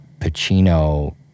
Pacino